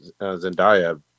Zendaya